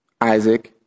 Isaac